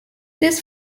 this